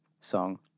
song